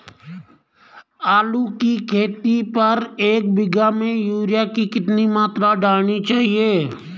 आलू की खेती पर एक बीघा में यूरिया की कितनी मात्रा डालनी चाहिए?